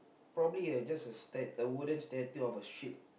probably it's just a steep the wooden static of a sheep